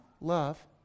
Love